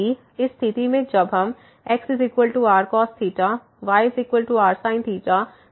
इस स्थिति में जब हमxrcos yrsin सब्सीट्यूट करते हैं